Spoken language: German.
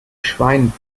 schwein